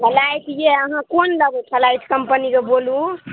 flight यऽ अहाँ कोन लेबै फलाइट कम्पनीके बोलू